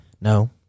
No